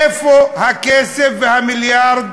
איפה הכסף והמיליארד